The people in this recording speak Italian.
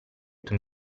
tuo